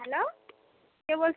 hello কে বোল